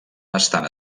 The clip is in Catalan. estan